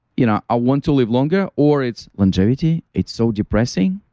you know ah want to live longer, or it's longevity, it's so depressing.